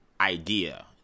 idea